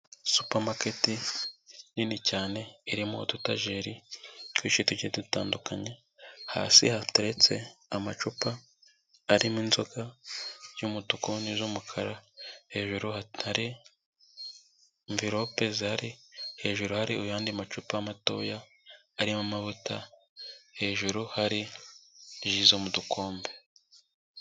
Supamaketi nini cyane irimo udutajeri twishi tugiye dutandukanye, hasi hateretse amacupa arimo inzoga y'umutuku n'iz'umukara, hejuru hatari anvelope zihari. Hejuru hari ayandi macupa matoya arimo amavuta, hejuru hari ji zo mu dukombe.